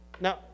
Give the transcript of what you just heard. Now